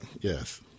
yes